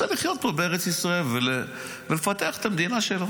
רוצה לחיות פה בארץ ישראל ולפתח את המדינה שלו,